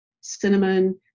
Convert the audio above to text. cinnamon